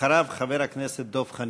אחריו, חבר הכנסת דב חנין.